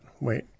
Wait